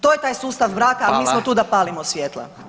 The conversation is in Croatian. To je taj sustav mraka, a mi smo tu da palimo svjetla.